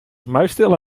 muisstil